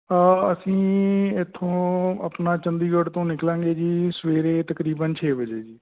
ਅਸੀਂ ਇੱਥੋਂ ਆਪਣਾ ਚੰਡੀਗੜ੍ਹ ਤੋਂ ਨਿਕਲਾਂਗੇ ਜੀ ਸਵੇਰੇ ਤਕਰੀਬਨ ਛੇ ਵਜੇ ਜੀ